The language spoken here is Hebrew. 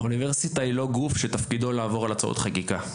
האוניברסיטה היא לא גוף שתפקידו לעבור על הצעות חקיקה.